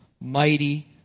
Mighty